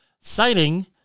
citing